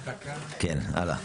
כן, הלאה.